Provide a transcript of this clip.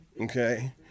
okay